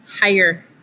higher